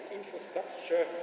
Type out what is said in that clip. infrastructure